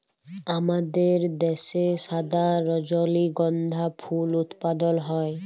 আমাদের দ্যাশে সাদা রজলিগন্ধা ফুল উৎপাদল হ্যয়